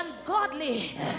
ungodly